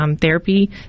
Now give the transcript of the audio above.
therapy